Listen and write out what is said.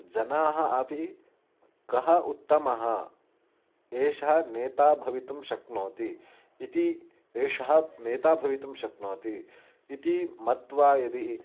जनाः अपि कः उत्तमः एषः नेता भवितुं शक्नोति इति एषः नेता भवितुं शक्नोति इति मत्वा यदि